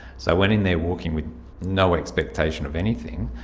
so i went in there walking, with no expectation of anything,